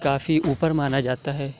کافی اوپر مانا جاتا ہے